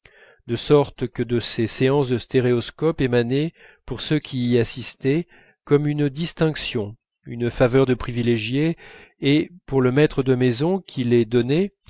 de sorte que de ces séances de stéréoscope émanaient pour ceux qui y assistaient comme une distinction une faveur de privilégiés et pour le maître de maison qui les donnait